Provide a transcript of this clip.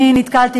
אני נתקלתי,